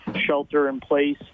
shelter-in-place